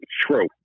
true